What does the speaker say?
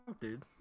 dude